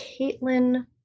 Caitlin